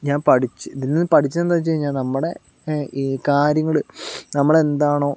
ഞാൻ പഠിച്ച് ഇതിൽ നിന്ന് പഠിച്ചതെന്താന്ന് വെച്ച് കഴിഞ്ഞാൽ നമ്മുടെ ഈ കാര്യങ്ങള് നമ്മളെന്താണോ